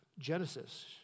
Genesis